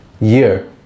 year